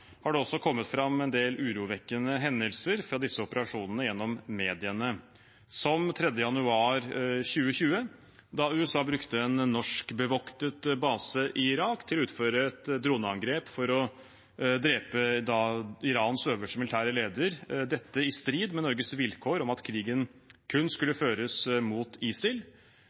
har det også kommet fram en del urovekkende hendelser fra disse operasjonene gjennom mediene – som 3. januar 2020, da USA brukt en norskbevoktet base i Irak til å utføre et droneangrep for å drepe Irans øverste militære leder, dette i strid med Norges vilkår om at krigen kun skulle føres mot ISIL.